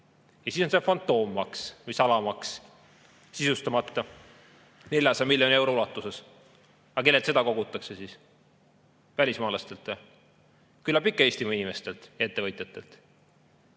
Ja siis on see fantoommaks või salamaks, sisustamata, 400 miljoni euro ulatuses. Aga kellelt seda kogutakse? Välismaalastelt või? Küllap ikka Eestimaa inimestelt ja ettevõtjatelt.